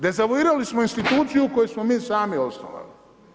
Dezavuirali smo instituciju koju smo mi sami osnovali.